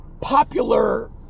popular